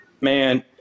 man